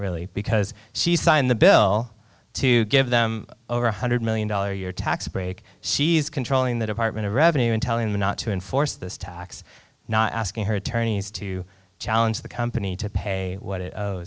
really because she signed the bill to give them over one hundred million dollars a year tax break she's controlling the department of revenue and telling me not to enforce this tax not asking her attorneys to challenge the company to pay what